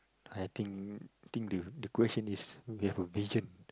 I think think the question is we have a vision